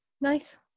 nice